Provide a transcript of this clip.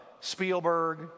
Spielberg